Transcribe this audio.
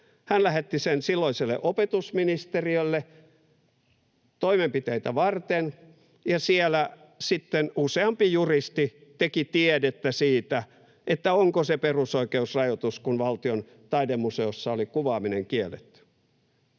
Hän lähetti sen silloiselle opetusministeriölle toimenpiteitä varten, ja siellä sitten useampi juristi teki tiedettä siitä, onko se perusoikeusrajoitus, kun Valtion taidemuseossa oli kuvaaminen kielletty.